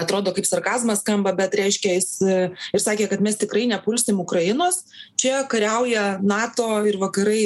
atrodo kaip sarkazmas skamba bet reiškia jis ir sakė kad mes tikrai nepulsim ukrainos čia kariauja nato ir vakarai